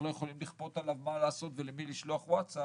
לא יכולים לכפות עליו מה לעשות ולמי לשלוח ווטסאפ